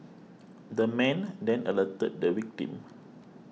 the man then alerted the victim